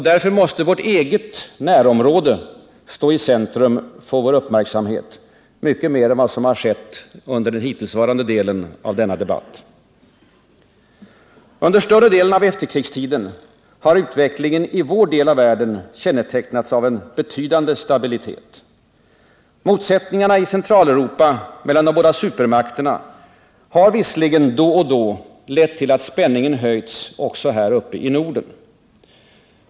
Därför måste vårt eget närområde stå i centrum för vår uppmärksamhet, mycket mer än vad som har varit fallet under den hittillsvarande delen av denna debatt. Under större delen av efterkrigstiden har utvecklingen i vår del av världen kännetecknats av en betydande stabilitet. Motsättningarna i Centraleuropa mellan de båda supermakterna har visserligen då och då lett till att spänningen höjts också här uppe i Norden.